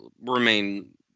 remain